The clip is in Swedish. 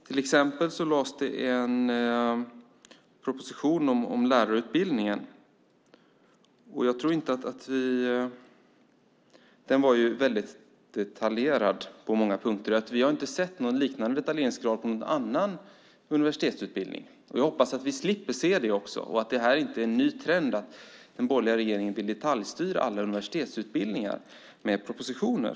Till exempel var propositionen om lärarutbildningen på många punkter väldigt detaljerad. Vi har inte sett en liknande detaljeringsgrad i någon annan universitetsutbildning. Jag hoppas att vi i framtiden slipper se det och att det inte är en ny trend att den borgerliga regeringen vill detaljstyra alla universitetsutbildningar genom propositioner.